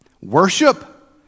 worship